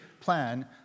plan